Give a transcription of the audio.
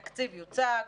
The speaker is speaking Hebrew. התקציב יוצג,